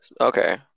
Okay